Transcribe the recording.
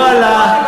זה לא עלה.